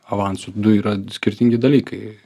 avansų du yra skirtingi dalykai